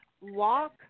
walk